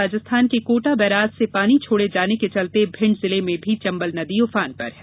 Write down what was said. राजस्थान के कोटा बैराज से पानी छोड़े जाने के चलते भिंड जिले में भी चंबल नदी उफान पर है